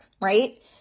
right